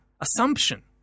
assumption